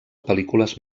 pel·lícules